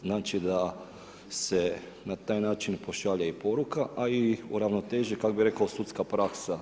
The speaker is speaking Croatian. Znači da se na taj način pošalje i poruka a i uravnoteži kako bi rekao, sudska praksa.